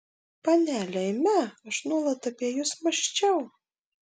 panele eime aš nuolat apie jus mąsčiau